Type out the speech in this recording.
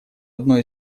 одной